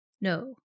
No